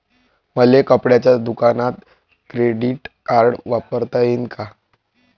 मले कपड्याच्या दुकानात क्रेडिट कार्ड वापरता येईन का?